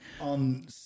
on